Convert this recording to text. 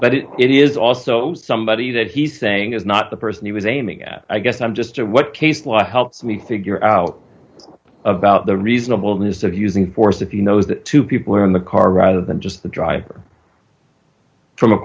but it is also somebody that he's saying is not the person he was aiming at i guess i'm just a what case law helps me figure out about the reasonableness of using force if you know that two people are in the car rather than just the driver from a